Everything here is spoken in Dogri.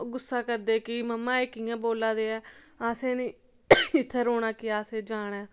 ओह् गुस्सा करदे कि मम्मा एह् कि'यां बोला दे ऐ असें निं इत्थें रौहना कि असें जाना ऐ